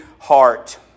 heart